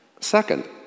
Second